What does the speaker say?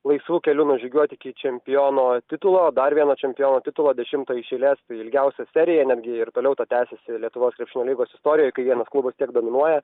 laisvu keliu nužygiuoti iki čempiono titulo dar vieną čempiono titulo dešimtą iš eilės ilgiausia serija netgi ir toliau ta tęsiasi lietuvos krepšinio lygos istorijoje kai vienas klubas tiek dominuoja